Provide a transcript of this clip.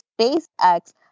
SpaceX